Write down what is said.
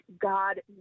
God